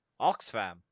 Oxfam